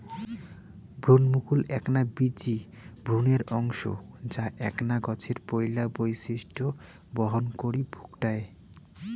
ভ্রুণমুকুল এ্যাকনা বীচি ভ্রূণের অংশ যা এ্যাকনা গছের পৈলা বৈশিষ্ট্য বহন করি ভুকটায়